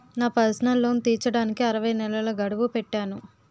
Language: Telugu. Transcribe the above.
నా పర్సనల్ లోన్ తీర్చడానికి అరవై నెలల గడువు పెట్టాను